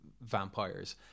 vampires